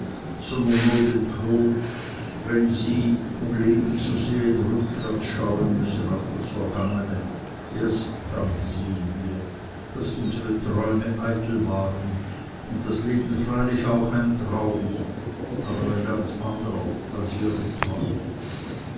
sondern nur den tod wenn sie um leben zu sehen rückwärts schauen müssen auf das vergangene erst dann sehen wir daß unsere träume eitel waren und das leben freilich auch ein traum aber ein ganz anderer als wir geträumt